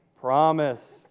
promise